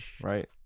right